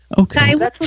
Okay